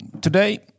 Today